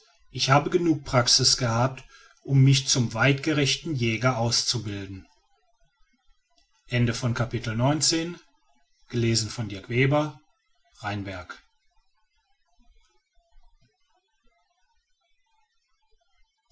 ich habe genug praxis gehabt um mich zum weidgerechten jäger auszubilden